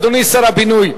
אדוני שר הבינוי,